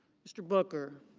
mr. booker.